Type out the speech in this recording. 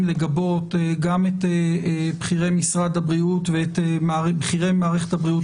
לגבות גם את בכירי משרד הבריאות ואת בכירי מערכת הבריאות